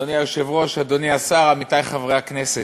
אדוני היושב-ראש, אדוני השר, עמיתי חברי הכנסת,